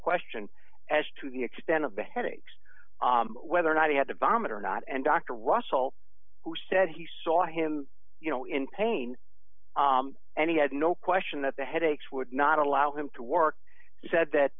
question as to the extent of the headaches whether or not he had to vomit or not and doctor russell who said he saw him you know in pain and he had no question that the headaches would not allow him to work said that